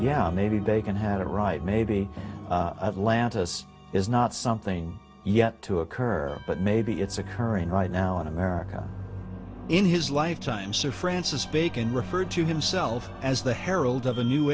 yeah maybe they can have a right maybe of lantus is not something yet to occur but maybe it's occurring right now in america in his lifetime sir francis bacon referred to himself as the herald o